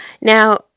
now